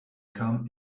come